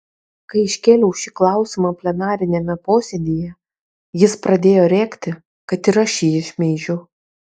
kai iškėliau šį klausimą plenariniame posėdyje jis pradėjo rėkti kad ir aš jį šmeižiu